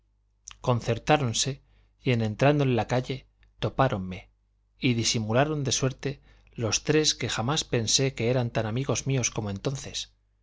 y en entrando en la calle topáronme y disimularon de suerte los tres que jamás pensé que eran tan amigos míos como entonces